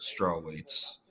strawweights